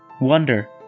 wonder